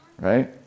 right